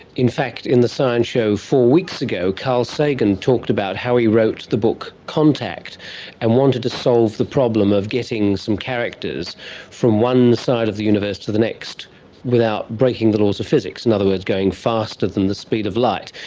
in fact in the science show four weeks ago carl sagan talked about how he wrote the book contact and wanted to solve the problem of getting some characters from one side of the universe to the next without breaking the laws of physics. in and other words, going faster than the speed of light.